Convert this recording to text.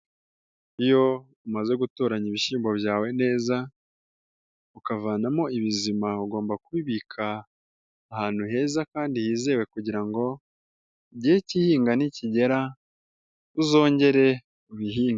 Iyo umaze gutoranya ibishyimbo byawe neza, ukavanamo ibizima ugomba kubibika ahantu heza kandi hizewe kugira ngo igihe kihinga nikigera uzongere ubihinge.